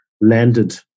landed